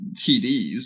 TDs